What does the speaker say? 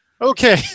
Okay